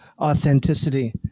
authenticity